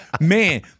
Man